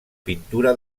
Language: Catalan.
pintura